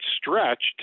stretched